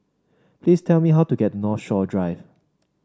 please tell me how to get to Northshore Drive